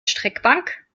streckbank